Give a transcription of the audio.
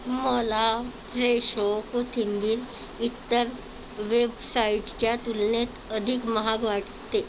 मला फ्रेशो कोथिंबीर इतर वेबसाइट्सच्या तुलनेत अधिक महाग वाटते